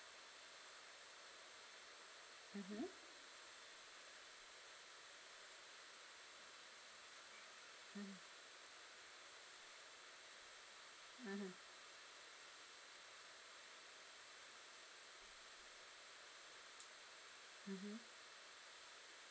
mmhmm mmhmm mmhmm mmhmm